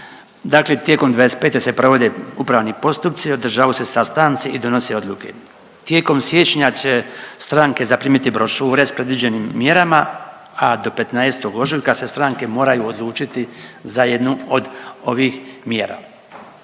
Dakle, tijekom 2025. se provode upravni postupci, održavaju se sastanci i donose odluke. Tijekom siječnja će stranke zaprimiti brošure sa predviđenim mjerama, a do 15. ožujka se stranke moraju odlučiti za jednu od ovih mjera.